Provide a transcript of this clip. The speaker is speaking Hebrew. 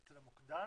אצל המוקדן?